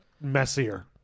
messier